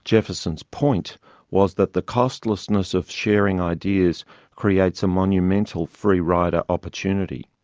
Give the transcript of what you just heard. jefferson's point was that the costlessness of sharing ideas creates a monumental free-rider opportunity.